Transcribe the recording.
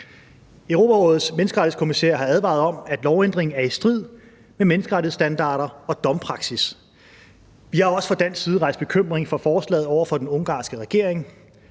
Europarådets menneskerettighedskommissær har advaret om, at lovændringen er i strid med menneskerettighedsstandarder og domspraksis. Vi har også fra dansk side rejst bekymring for forslaget over for den ungarske regering.